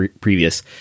previous